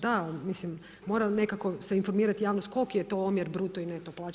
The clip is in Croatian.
Da mislim, mora nekako se informirati javnost, koliki je to omjer bruto i neto plaće.